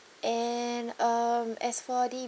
and um as for the